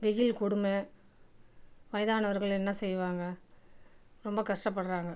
வெயில் கொடுமை வயதானவர்கள் என்ன செய்வாங்க ரொம்ப கஷ்டப்படுகிறாங்க